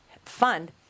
fund